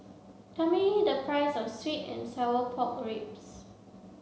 tell me the price of sweet and sour pork ribs